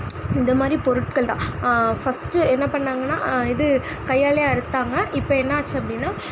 இந்தமாதிரி பொருட்கள் தான் ஃபர்ஸ்ட்டு என்ன பண்ணாங்கன்னா இது கையாலயே அறுத்தாங்க இப்போ என்னாச்சு அப்படினா